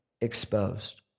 exposed